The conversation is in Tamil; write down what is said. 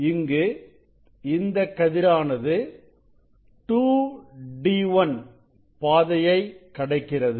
இங்கு இந்தக் கதிரானது 2d1 பாதையை கடக்கிறது